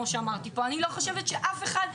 אני לא חושבת שאף אחד,